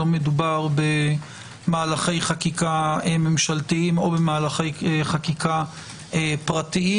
לא מדובר במהלכי חקיקה ממשלתיים או במהלכי חקיקה פרטיים.